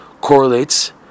correlates